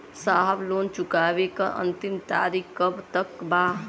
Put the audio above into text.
साहब लोन चुकावे क अंतिम तारीख कब तक बा?